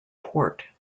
port